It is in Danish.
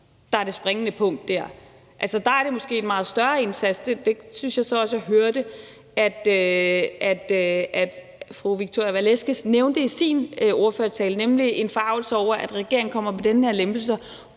der er det springende punkt dér. Altså, der er det måske en meget større indsats, der skal til. Det syntes jeg så også jeg hørte fru Victoria Velasquez nævne i sin ordførertale, nemlig en forargelse over, at regeringen kommer med den her lempelse